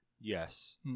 Yes